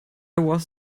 was